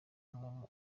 urumuri